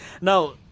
Now